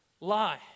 lie